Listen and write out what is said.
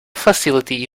facility